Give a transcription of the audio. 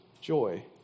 joy